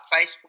Facebook